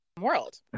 world